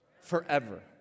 Forever